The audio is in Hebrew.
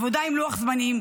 עבודה עם לוח זמנים,